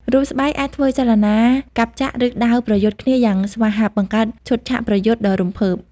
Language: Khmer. រូបស្បែកអាចធ្វើចលនាកាប់ចាក់ ឬដាវប្រយុទ្ធគ្នាយ៉ាងស្វាហាប់ បង្កើតឈុតឆាកប្រយុទ្ធដ៏រំភើប។